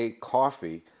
Coffee